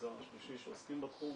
המגזר השלישי שעוסקים בתחום,